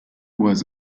was